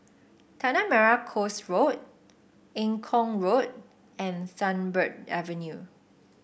Tanah Merah Coast Road Eng Kong Road and Sunbird Avenue